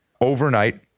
overnight